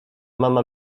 mama